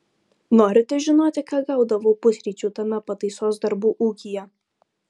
norite žinoti ką gaudavau pusryčių tame pataisos darbų ūkyje